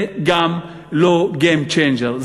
גם זה לא game changer.